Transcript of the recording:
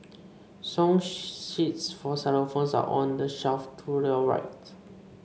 song sheets for xylophones are on the shelf to your right